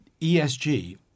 ESG